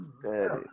steady